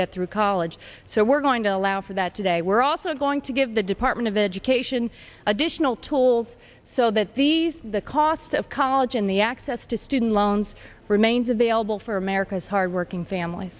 get through college so we're going to allow for that today we're also going to give the department of education additional tools so that these the cost of college and the access to student loans remains available for america's hardworking famil